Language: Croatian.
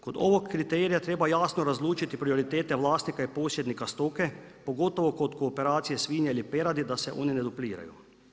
Kod ovog kriterija treba jasno razlučiti prioritete vlasnika i posjednika stoke pogotovo kod kooperacije svinje ili peradi da se oni ne dupliraju.